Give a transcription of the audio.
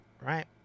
right